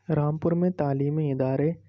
رامپور میں تعلیمی ادارے